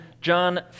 John